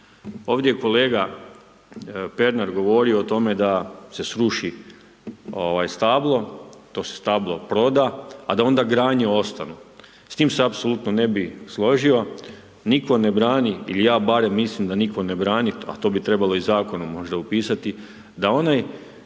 Ovdje je kolega Pernar govorio o tome da se sruši stablo, to se stablo proda, a da onda granje ostane. S tim se apsolutno ne bi složio. Nitko ne brani ili ja barem mislim da nitko ne brani, a to bi trebalo i zakonom možda upisati da onaj